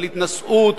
על התנשאות,